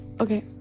okay